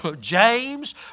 James